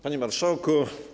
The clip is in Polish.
Panie Marszałku!